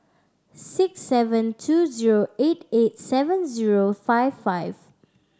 six seven two zero eight eight seven zero five five